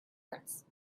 arts